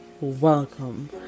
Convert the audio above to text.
welcome